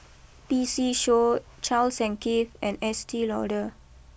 P C show Charles and Keith and Estee Lauder